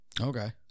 okay